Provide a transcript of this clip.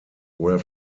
were